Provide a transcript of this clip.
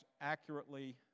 accurately